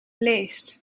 leest